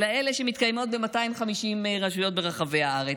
אלא אלה שמתקיימות ב-250 רשויות ברחבי הארץ.